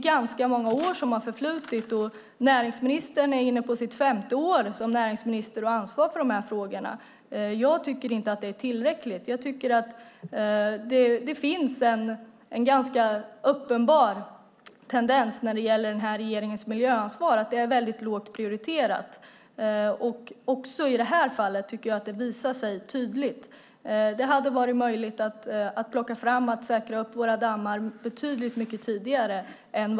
Ganska många år har alltså förflutit; näringsministern är inne på sitt femte år som minister med ansvar för dessa frågor. Jag tycker inte att det skett tillräckligt. Jag tycker att det finns en ganska uppenbar tendens vad gäller regeringens miljöansvar, det vill säga det är lågt prioriterat. Också i detta fall visar det sig tydligt. Det hade varit möjligt att säkra våra dammar betydligt mycket tidigare.